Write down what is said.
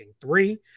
three